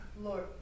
Lord